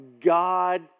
God